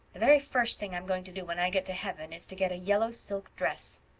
the very first thing i'm going to do when i get to heaven is to get a yellow silk dress.